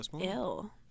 ill